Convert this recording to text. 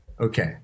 Okay